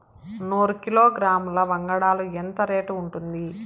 నూరు కిలోగ్రాముల వంగడాలు ఎంత రేటు ఉంటుంది?